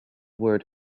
word